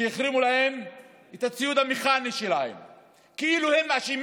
שהחרימו להם את הציוד המכני כאילו הם אשמים